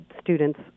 students